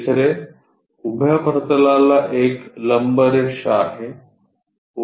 तिसरे उभ्या प्रतलाला एक लंबरेषा आहे